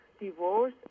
divorce